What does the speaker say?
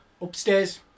Upstairs